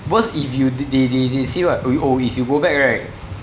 worst if you they they they say what oh if you go back right